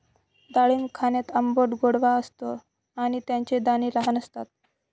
डाळिंब खाण्यात आंबट गोडवा असतो आणि त्याचे दाणे लहान असतात